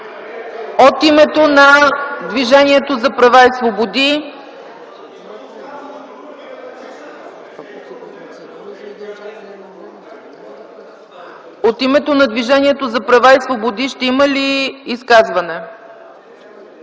От името на Движението за права и свободи има ли изказване?